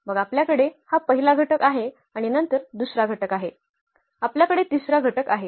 मग आपल्याकडे हा पहिला घटक आहे आणि नंतर दुसरा घटक आहे आपल्याकडे तिसरा घटक आहे